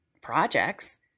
projects